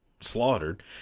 slaughtered